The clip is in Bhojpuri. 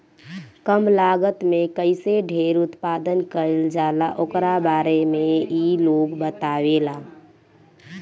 कम लागत में कईसे ढेर उत्पादन कईल जाला ओकरा बारे में इ लोग बतावेला